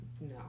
no